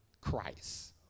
Christ